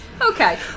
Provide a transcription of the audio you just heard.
Okay